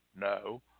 No